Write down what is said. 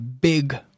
big